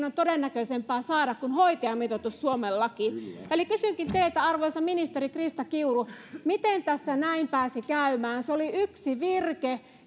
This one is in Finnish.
on todennäköisempää saada kuin hoitajamitoitus suomen lakiin kysynkin teiltä arvoisa ministeri krista kiuru miten tässä näin pääsi käymään se oli yksi virke